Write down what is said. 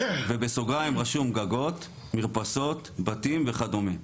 ובסוגריים רשום גגות, מרפסות בתים וכדומה.